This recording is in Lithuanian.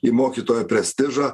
į mokytojo prestižą